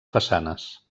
façanes